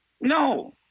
no